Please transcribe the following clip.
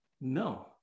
No